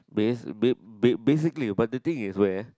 base~ basically but the thing is where